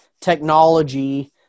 technology